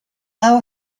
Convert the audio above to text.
now